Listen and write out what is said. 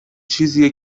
چیزیه